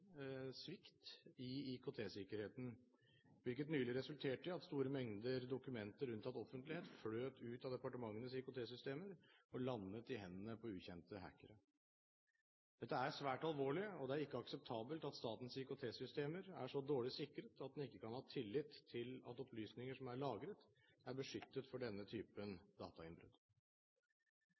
svikt i IKT-sikkerheten, hvilket nylig resulterte i at store mengder dokumenter unntatt offentlighet fløt ut av departementenes IKT-systemer og landet i hendene på ukjente hackere. Dette er svært alvorlig, og det er ikke akseptabelt at statens IKT-systemer er så dårlig sikret at en ikke kan ha tillit til at opplysninger som er lagret, er beskyttet mot denne typen datainnbrudd.